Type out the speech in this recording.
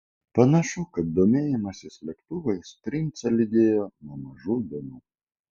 panašu kad domėjimasis lėktuvais princą lydėjo nuo mažų dienų